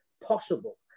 possible